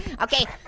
okay,